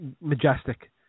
majestic